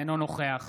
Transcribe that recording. אינו נוכח